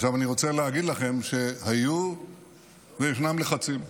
עכשיו אני רוצה להגיד לכם שהיו וישנם לחצים,